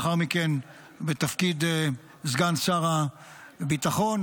לאחר מכן בתפקיד סגן שר הביטחון,